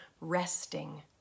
resting